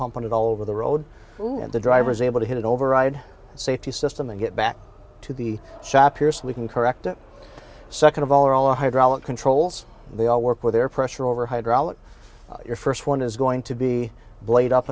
pumping it all over the road and the driver is able to hit it override safety system and get back to the shop here so we can correct it second of all a hydraulic controls they all work with air pressure over hydraulic your first one is going to be blade up